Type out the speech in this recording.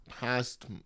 past